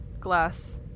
glass